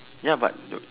ya but